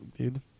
dude